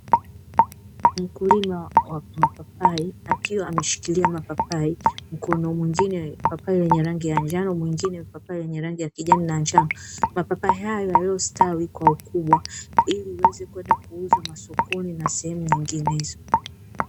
Mkulima wa mapapai akiwa ameshikilia mapapai mkono mwingine papai lenye rangi ya njano mwingine lenye rangi ya kijani na njano; mapapai haya yaliyostawi kwa ukubwa ili yaweze kwenda kuuzwa masokoni na sehemu nyinginezo.